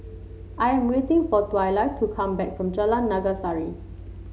I am waiting for Twyla to come back from Jalan Naga Sari